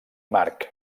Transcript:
march